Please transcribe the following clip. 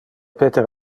peter